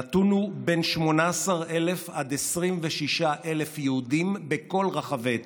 הנתון הוא בין 18,000 ל-26,000 יהודים בכל רחבי אתיופיה.